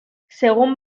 según